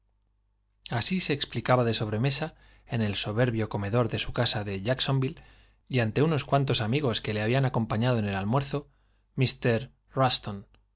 así se explicaba de sobremesa en el soberbio comedor de su casa de jacksonville y ante unos cuan tos amigos que le habían acompañado en el almuerzo